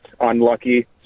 unlucky